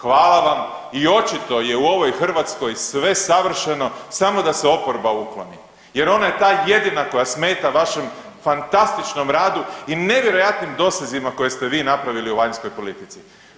Hvala vam i očito je u ovoj Hrvatskoj sve savršeno samo da se oporba ukloni jer ona je ta jedina koja smeta vašem fantastičnom radu i nevjerojatnim dosezima koje ste vi napravili u vanjskoj politici.